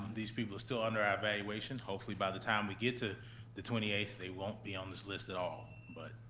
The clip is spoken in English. these people are still under our evaluation, hopefully by the time we get to the twenty eight they won't be on this list at all, but.